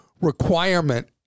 requirement